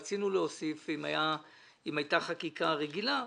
רצינו להוסיף אם הייתה חקיקה רגילה,